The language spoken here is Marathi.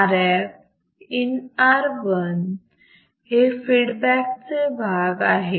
Rf in R1 हे फीडबॅक चे भाग आहेत